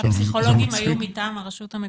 הפסיכולוגים היו מטעם הרשות המקומית?